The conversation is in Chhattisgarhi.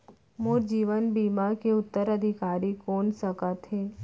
मोर जीवन बीमा के उत्तराधिकारी कोन सकत हे?